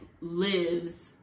lives